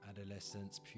adolescence